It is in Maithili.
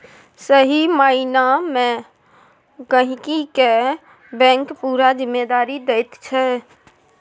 सही माइना मे गहिंकी केँ बैंक पुरा जिम्मेदारी दैत छै